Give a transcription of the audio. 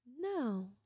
No